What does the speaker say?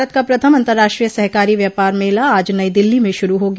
भारत का प्रथम अंतर्राष्ट्रीय सहकारी व्यापार मेला आज नई दिल्ली में शुरू हो गया